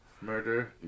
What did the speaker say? murder